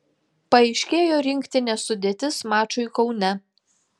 paaiškėjo rinktinės sudėtis mačui kaune